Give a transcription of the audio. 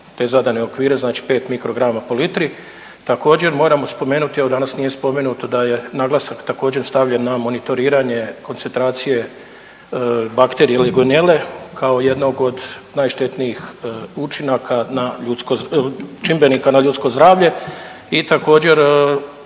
te zadane okvire, znači 5 mikrograma po litri. Također moramo spomenuti, evo danas nije spomenuto da je naglasak također stavljen na monitoriranje koncentracije bakterije legionele kao jednog od najštetnijih učinaka, čimbenika na ljudsko zdravlje. I također